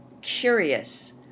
curious